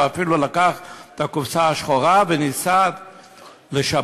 אפילו לקח את הקופסה השחורה וניסה לשבש.